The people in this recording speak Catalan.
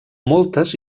moltes